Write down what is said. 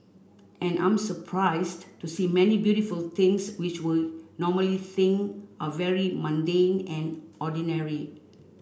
and I'm surprised to see many beautiful things which we normally think are very mundane and ordinary